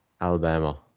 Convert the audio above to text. Alabama